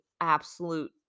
absolute